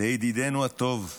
לידידנו הטוב גלנט,